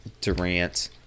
Durant